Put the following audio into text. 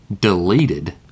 Deleted